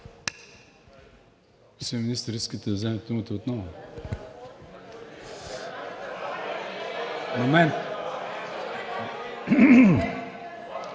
Момент.